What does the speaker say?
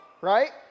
right